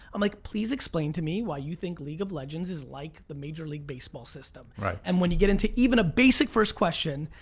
i'm like, please explain to me why you think league of legends is like the major league baseball system. and when you get into even a basic first question,